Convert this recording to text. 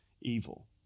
evil